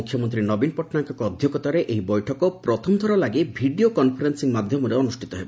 ମୁଖ୍ୟମନ୍ତୀ ନବୀନ ପଟ୍ଟନାୟକଙ୍କ ଅଧ୍ଧକ୍ଷତାରେ ଏହି ବୈଠକ ପ୍ରଥମ ଥରଲାଗି ଭିଡ଼ିଓ କନ୍ଫରେନ୍ସିଂ ମାଧ୍ଧମରେ ଅନୁଷ୍ବିତ ହେବ